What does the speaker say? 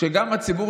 שגם הציבור,